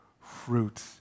fruit